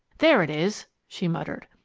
there it is! she muttered.